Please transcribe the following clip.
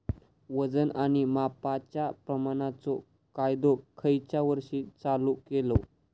वजन आणि मापांच्या प्रमाणाचो कायदो खयच्या वर्षी चालू केलो?